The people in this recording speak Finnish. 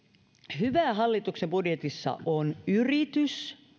hyvää hallituksen budjetissa on yritys